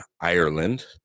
ireland